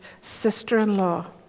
sister-in-law